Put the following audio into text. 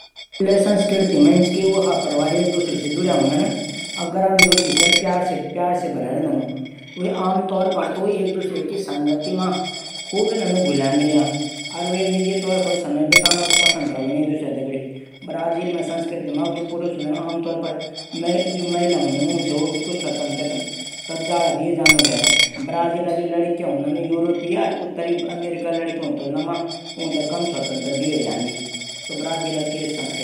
अमेरिका संस्कृति इन चा कि वख अलग अलग देशा लोग बसयां छन। अब जू भी लोग वख बसयां छन वू अपडी संस्कृति थुडा बहुत निभांदन छन। जन की भारत लोग जयां छन अमेरिका मा त ऊ अपडी संस्कृति अनुरूप रैंदन। बाकी वख क्या च कि साफ सफैई प्यार प्रेम एक दूशरू मा रैंदू वन अमेरिका संस्कृति बहुत अच्छी चा।